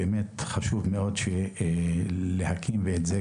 חשוב מאוד להקים את זה.